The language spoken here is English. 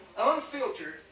unfiltered